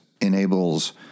enables